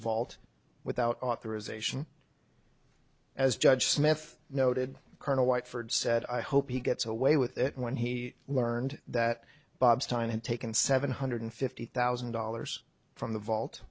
vault without authorization as judge smith noted colonel white for it said i hope he gets away with it when he learned that bob stein had taken seven hundred fifty thousand dollars from the vault